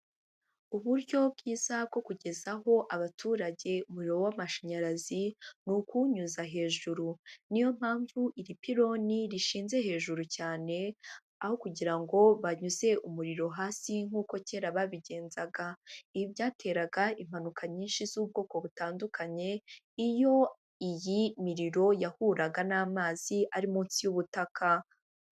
Uburyo bwiza bwo kugezaho abaturage umuriro w'amashanyarazi, ni ukuwunyuza hejuru, niyo mpamvu iri piloni rishinze hejuru cyane, aho kugira go banyuze umuriro hasi nk'uko kera babigenzaga. Ibi byateraga impanuka nyinshi z'ubwoko butandukanye, iyo iyi miriro yahuraga n'amazi ari munsi y'ubutaka.